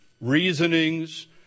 reasonings